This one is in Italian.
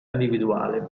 individuale